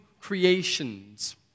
creations